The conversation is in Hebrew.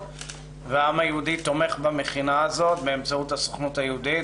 והעם היהודי תומך במכינה הזאת באמצעות הסוכנות היהודית